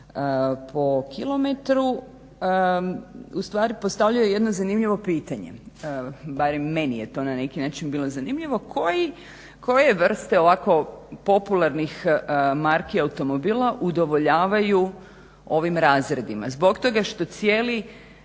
po km ustvari postavljaju jedno zanimljivo pitanje, barem meni je to na neki način bilo zanimljivo, koje je vrste ovako popularnih marki automobila udovoljavaju ovim razredima zbog toga što cijeli